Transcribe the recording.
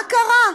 מה קרה?